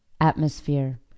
Atmosphere